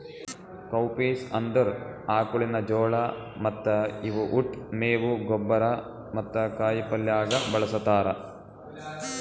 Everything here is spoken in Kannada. ಕೌಪೀಸ್ ಅಂದುರ್ ಆಕುಳಿನ ಜೋಳ ಮತ್ತ ಇವು ಉಟ್, ಮೇವು, ಗೊಬ್ಬರ ಮತ್ತ ಕಾಯಿ ಪಲ್ಯ ಆಗ ಬಳ್ಸತಾರ್